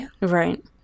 Right